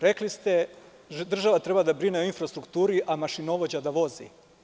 Rekli ste da država treba da brine o infrastrukturi, a mašinovođa da vozi.